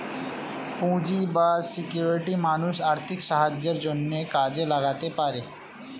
পুঁজি বা সিকিউরিটি মানুষ আর্থিক সাহায্যের জন্যে কাজে লাগাতে পারে